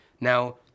Now